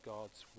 God's